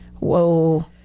whoa